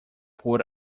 por